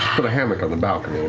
put a hammock on the balcony.